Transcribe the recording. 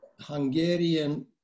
Hungarian